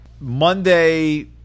Monday